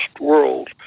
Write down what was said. world